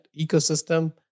ecosystem